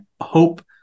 hope